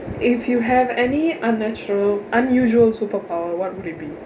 if you have any unnatural unusual superpower what would it be